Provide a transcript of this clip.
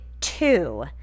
two